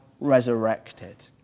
resurrected